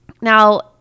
Now